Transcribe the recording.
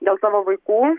dėl savo vaikų